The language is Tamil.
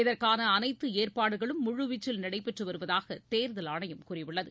இதற்கான அனைத்து ஏற்பாடுகளும் முழுவீச்சில் நடைபெற்று வருவதாக தேர்தல் ஆணையம் கூறியுள்ளது